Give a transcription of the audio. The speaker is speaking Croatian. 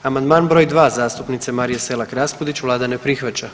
Amandman br. 2. zastupnice Marije Selak Rapudić vlada ne prihvaća.